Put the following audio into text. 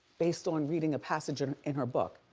based on reading a passage and in her book.